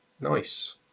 nice